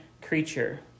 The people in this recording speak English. creature